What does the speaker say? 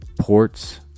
ports